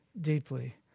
deeply